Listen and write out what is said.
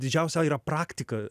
didžiausia yra praktika